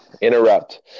Interrupt